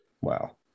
wow